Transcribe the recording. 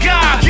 God